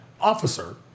officer